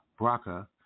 Braca